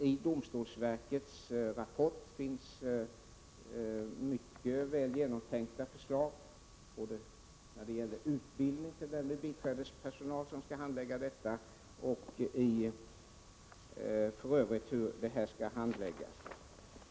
I domstolsverkets rapport finns mycket väl genomtänkta förslag både när det gäller utbildning för den biträdespersonal som skall handlägga ärendena och när det gäller hur dessa skall handläggas.